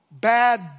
Bad